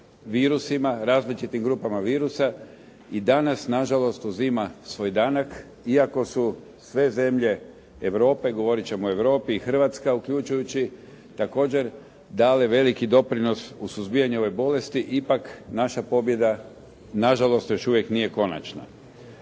virusima, različitim grupama virusa i danas nažalost uzima svoj danak iako su sve zemlje Europe, govorit ćemo o Europi, i Hrvatska uključujući također dale veliki doprinos u suzbijanju ove bolesti ipak naša pobjeda nažalost još uvijek nije konačna.